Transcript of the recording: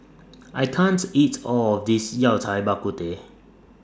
I can't eat All of This Yao Cai Bak Kut Teh